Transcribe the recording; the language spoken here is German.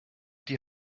die